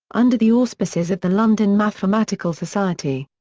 under the auspices of the london mathematical society.